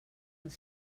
els